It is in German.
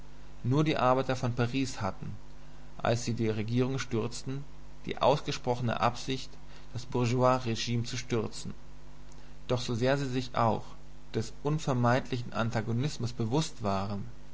nur die arbeiter von paris hatten als sie die regierung stürzten die ausgesprochene absicht das bourgeoisregime zu stürzen doch so sehr sie sich auch des unvermeidlichen antagonismus bewußt waren